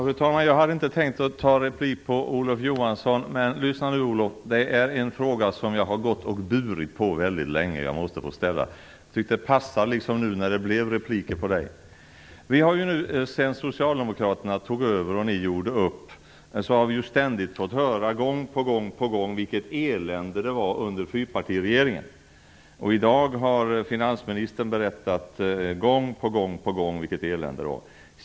Fru talman! Jag hade inte tänkt att ta replik på Olof Johansson. Men lyssna nu, Olof Johansson! Jag har nämligen en fråga som jag har burit på väldigt länge som jag måste få ställa. Jag tyckte att det passade nu när det blev repliker på Olof Johansson. Sedan socialdemokraterna tog över och ni gjorde upp har vi ständigt fått höra vilket elände det var under fyrpartiregeringen. I dag har finansministern gång på gång berättat vilket elände det var.